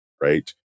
right